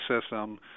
system